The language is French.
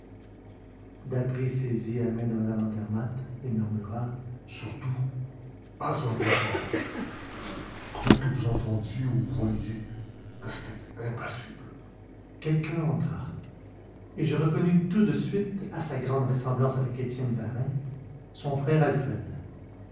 daspry saisit la main de mme andermatt et murmura surtout pas un mouvement quoi que vous entendiez ou voyiez restez impassible quelqu'un entra et je reconnus tout de suite à sa grande ressemblance avec étienne varin son frère alfred